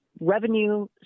revenue